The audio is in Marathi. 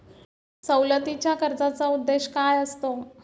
सवलतीच्या कर्जाचा उद्देश काय असतो?